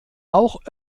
auch